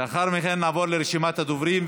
לאחר מכן נעבור לרשימת הדוברים,